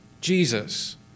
Jesus